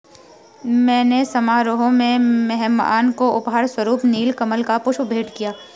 मैंने समारोह में मेहमान को उपहार स्वरुप नील कमल का पुष्प भेंट किया